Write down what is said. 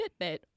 Fitbit